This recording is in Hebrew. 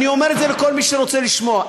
אני אומר את זה לכל מי שרוצה לשמוע.